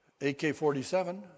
AK-47